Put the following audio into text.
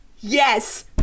Yes